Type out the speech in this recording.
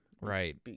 Right